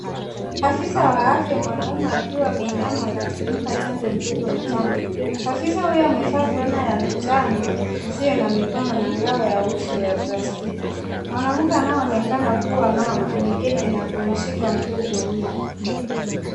Afisa wa afya mwanaume akiwa ameinama na kumpa chanjo mtoto mchanga. Afisa huyu amevaa fulana ya njano isiyo na mikono na ngao ya uso ya plastiki. Mwanamke anayeonekana kuwa mama ameketi na kumshika mtoto huyo.